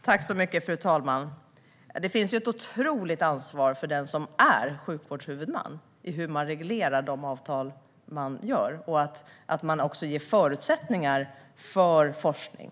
Fru talman! Det är ett otroligt ansvar för den som är sjukvårdshuvudman hur man reglerar de avtal man sluter och också ger förutsättningar för forskning.